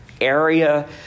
area